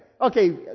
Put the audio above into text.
okay